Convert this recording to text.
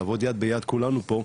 נעבוד יד-ביד כולנו פה,